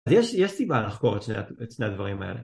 אז יש סיבה לחקור את שני הדברים האלה